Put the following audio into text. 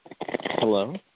Hello